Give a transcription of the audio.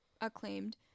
acclaimed